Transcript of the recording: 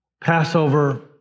Passover